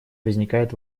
возникает